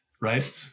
right